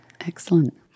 Excellent